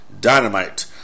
Dynamite